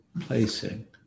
placing